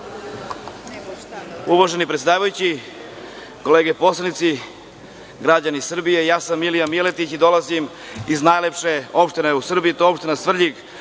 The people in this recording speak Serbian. Uvaženi predsedavajući, kolege poslanici, građani Srbije, ja sam Milija Miletić i dolazim iz najlepše opštine u Srbiji, to je opština Svrljig